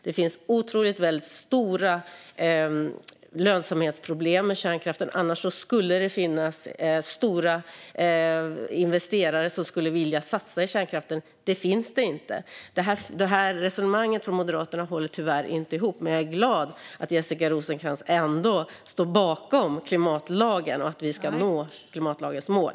Det finns mycket stora lönsamhetsproblem med kärnkraften, annars hade det funnits stora investerare som velat satsa på kärnkraft. Sådana finns dock inte. Moderaternas resonemang hänger tyvärr inte ihop, men jag är glad över att Jessica Rosencrantz ändå står bakom klimatlagen och att vi ska nå dess mål.